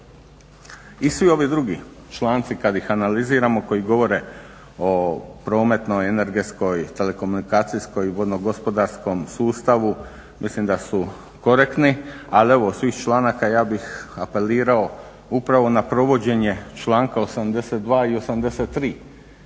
i svi ovi drugi članci kad ih analiziramo koji govore o prometnoj, energetskoj, telekomunikacijskog, ugodnogosporadskom sustavu, mislim da su korektni, ali evo od svih članaka ja bih apelirao upravo na provođenje članka 82. i 83.,